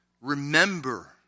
remember